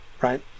right